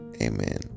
Amen